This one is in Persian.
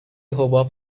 حباب